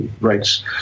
writes